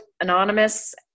anonymous